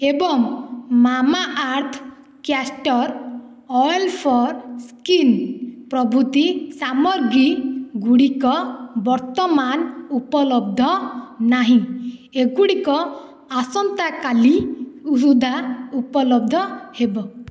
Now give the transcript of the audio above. ଏବଂ Mamaearth castor oil for skin ପ୍ରଭୃତି ସାମଗ୍ରୀ ଗୁଡ଼ିକ ବର୍ତ୍ତମାନ ଉପଲବ୍ଧ ନାହିଁ ଏଗୁଡ଼ିକ ଆସନ୍ତା କାଲି ସୁଦ୍ଧା ଉପଲବ୍ଧ ହେବ